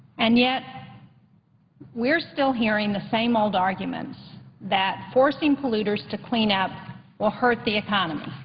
and yet we're still hearing the same old arguments that forcing polluters to clean up will hurt the economy.